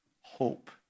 hope